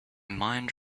mind